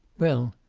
well,